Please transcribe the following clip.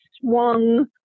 swung